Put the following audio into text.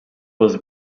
was